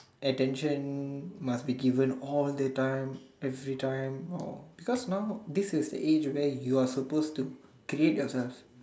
attention must be given all the time every time or because now this is the age is where you are suppose to create yourself